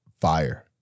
fire